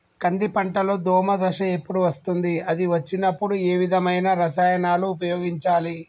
కంది పంటలో దోమ దశ ఎప్పుడు వస్తుంది అది వచ్చినప్పుడు ఏ విధమైన రసాయనాలు ఉపయోగించాలి?